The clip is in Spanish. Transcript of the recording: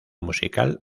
musical